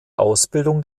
ausbildung